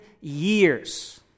years